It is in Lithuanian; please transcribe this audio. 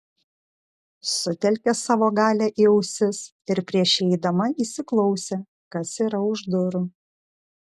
sutelkė savo galią į ausis ir prieš įeidama įsiklausė kas yra už durų